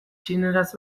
txineraz